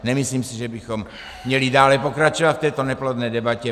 Nemyslím si, že bychom měli dále pokračovat v této neplodné debatě.